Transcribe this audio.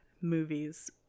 movies